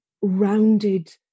rounded